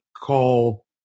call